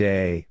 Day